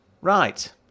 Right